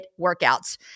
workouts